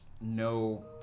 no